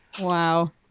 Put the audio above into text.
Wow